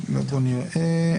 אני עובר לסעיף 5א רבה.